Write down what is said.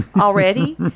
already